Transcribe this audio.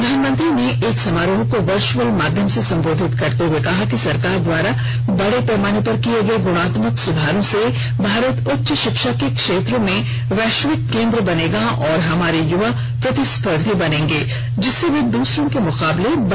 प्रधानमंत्री ने एक समारोह को वर्चुअल माध्यम से संबोधित करते हुए कहा कि सरकार द्वारा बड़े पैमाने पर किये गए गुणात्मक सुधारों से भारत उच्च शिक्षा के क्षेत्र में वैश्विक केन्द्र बनेगा और हमारे युवा प्रतिस्पर्धी बनेंगे जिससे वे द्रसरों के मुकाबले बढ़त ले सकेंगे